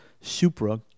Supra